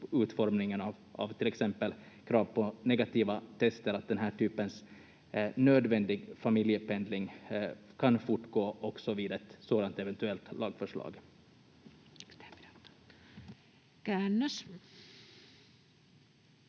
krav på negativa tester, så att den här typen av nödvändig familjependling kan fortgå också vid ett sådant eventuellt lagförslag.